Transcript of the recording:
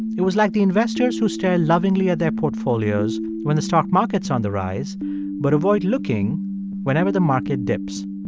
it was like the investors who stare lovingly at their portfolios when the stock market's on the rise but avoid looking whenever the market dips.